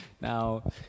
Now